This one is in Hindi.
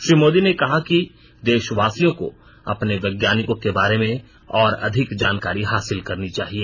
श्री मोदी ने कहा कि देशवासियों को अपने वैज्ञानिकों के बारे में और अधिक जानकारी हासिल करनी चाहिए